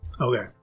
Okay